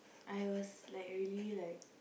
I was like really like